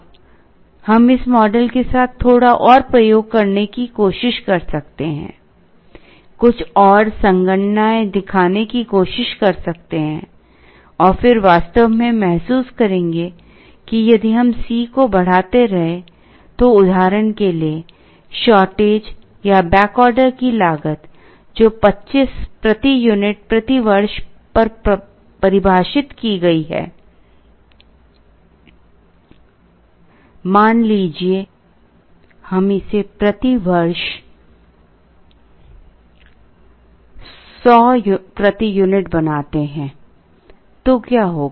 अब हम इस मॉडल के साथ थोड़ा और प्रयोग करने की कोशिश कर सकते हैं कुछ और संगणनाएँ दिखाने की कोशिश कर सकते हैं और फिर हम वास्तव में महसूस करेंगे कि यदि हम C को बढ़ाते रहें तो उदाहरण के लिए शॉर्टेज या बैक ऑर्डर की लागत जो 25 प्रति यूनिट प्रति वर्ष पर परिभाषित की गई है मान लीजिए हम इसे प्रति वर्ष 100 प्रति यूनिट बनाते हैं तो क्या होगा